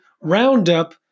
Roundup